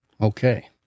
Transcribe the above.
Okay